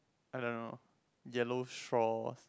I don't know yellow straw